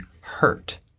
hurt